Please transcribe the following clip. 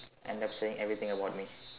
end up saying everything about me